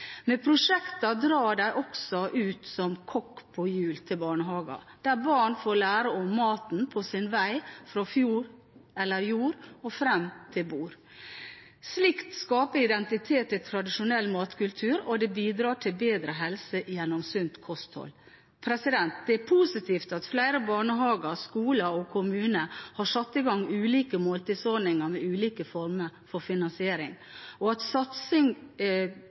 drar de også ut som «kokk på hjul» til barnehager, der barn får lære om maten på dens vei fra fjord eller jord og fram til bord. Slikt skaper identitet i tradisjonell matkultur, og det bidrar til bedre helse gjennom sunt kosthold. Det er positivt at flere barnehager, skoler og kommuner har satt i gang ulike måltidsordninger med ulike former for finansiering, og at